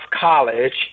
College